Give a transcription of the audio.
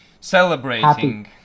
celebrating